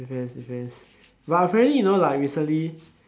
depends depends but apparently you know like recently